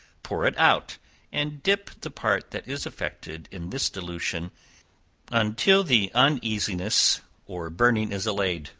pour it out and dip the part that is affected in this dilution until the uneasiness or burning is allayed,